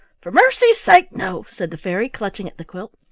for mercy's sake! no, said the fairy, clutching at the quilt.